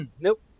Nope